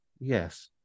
Yes